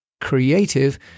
creative